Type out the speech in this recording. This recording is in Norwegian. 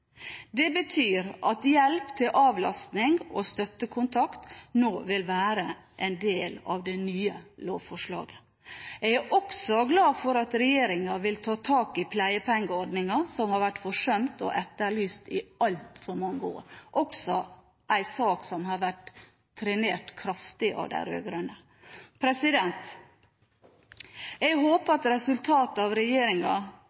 Det betyr at hjelp til avlastning og støttekontakt nå vil være en del av det nye lovforslaget. Jeg er også glad for at regjeringen vil ta tak i pleiepengeordningen som har vært forsømt og etterlyst i altfor mange år – også det en sak som har vært trenert kraftig av de rød-grønne. Jeg håper